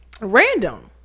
random